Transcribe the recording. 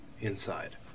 inside